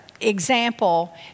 example